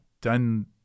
done